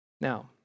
Now